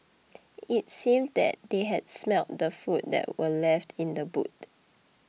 it seemed that they had smelt the food that were left in the boot